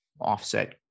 offset